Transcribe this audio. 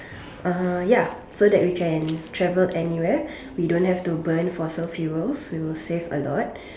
uh ya so that we can travel anywhere we don't have to burn fossil fuels we will save a lot